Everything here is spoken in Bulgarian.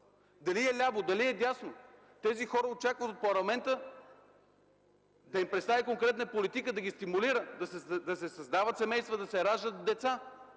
Дали е ляво, дали е дясно – тези хора очакват парламентът да им представи конкретна политика, да ги стимулира да се създават семейства, да се раждат деца.